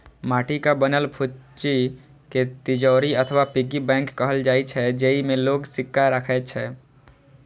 माटिक बनल फुच्ची कें तिजौरी अथवा पिग्गी बैंक कहल जाइ छै, जेइमे लोग सिक्का राखै छै